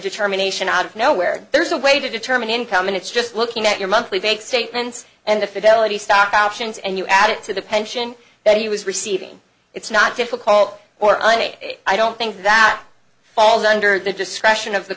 determination out of nowhere there's a way to determine income and it's just looking at your monthly vague statements and the facility stock options and you add it to the pension that he was receiving it's not difficult or on a i don't think that falls under the discretion of the